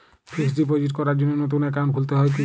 Fix deposit করার জন্য নতুন অ্যাকাউন্ট খুলতে হয় কী?